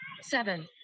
seven